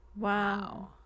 wow